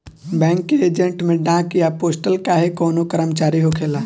bank के agent में डाक या पोस्टल चाहे कवनो कर्मचारी होखेला